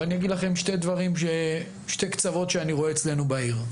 ואני אגיד לכם שתי קצוות שאני רואה אצלנו בעיר,